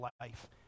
life